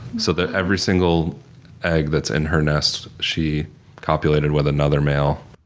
so that every single egg that's in her nest, she copulated with another male.